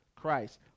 Christ